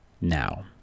now